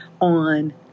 on